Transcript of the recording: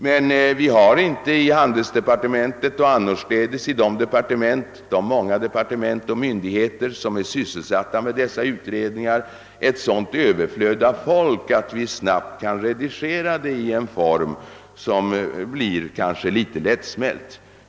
Men det finns inte i handelsdepartementet eller hos de många andra departement och myndigheter som sysslar med dessa utredningar ett sådant överflöd av folk, att vi snabbt kan redigera materialet till en mer lättsmält form.